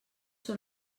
són